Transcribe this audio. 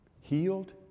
healed